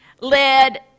led